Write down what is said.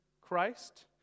Christ